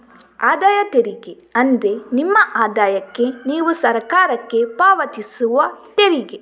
ಆದಾಯ ತೆರಿಗೆ ಅಂದ್ರೆ ನಿಮ್ಮ ಆದಾಯಕ್ಕೆ ನೀವು ಸರಕಾರಕ್ಕೆ ಪಾವತಿಸುವ ತೆರಿಗೆ